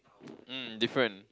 um different